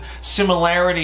similarity